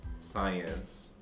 science